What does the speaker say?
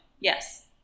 Yes